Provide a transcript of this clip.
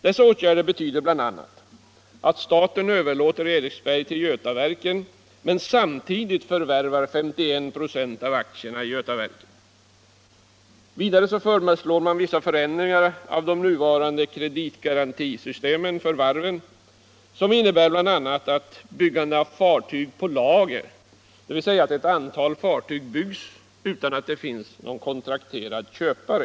Dessa åtgärder betyder bl.a. att staten överlåter Eriksberg till Götaverken men samtidigt förvärvar 51 96 av aktierna i Götaverken. Vidare föreslår man vissa förändringar i de nuvarande kreditgaran tisystemen för varven, innebärande bl.a. ett byggande av fartyg ”på lager”, dvs. att ett antal fartyg byggs utan att det finns någon kontrakterad köpare.